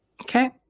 Okay